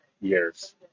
years